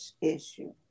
issue